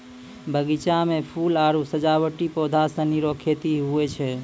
बगीचा मे फूल आरु सजावटी पौधा सनी रो खेती हुवै छै